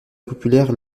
populaires